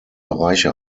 bereiche